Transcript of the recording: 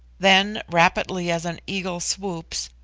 then, rapidly as an eagle swoops,